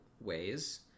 ways